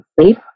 sleep